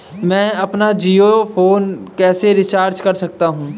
मैं अपना जियो फोन कैसे रिचार्ज कर सकता हूँ?